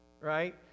right